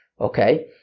Okay